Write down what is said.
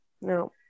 No